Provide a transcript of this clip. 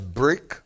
brick